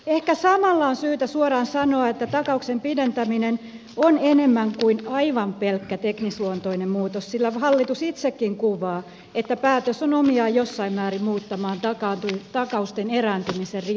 ehkä samalla on syytä suoraan sanoa että takauksen pidentäminen on enemmän kuin aivan pelkkä teknisluontoinen muutos sillä hallitus itsekin kuvaa että päätös on omiaan jossain määrin muuttamaan takausten erääntymisen riskiä